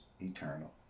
eternal